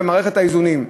במערכת האיזונים,